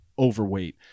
overweight